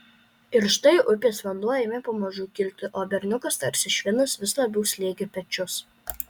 ir štai upės vanduo ėmė pamažu kilti o berniukas tarsi švinas vis labiau slėgė pečius